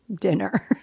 dinner